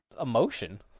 emotion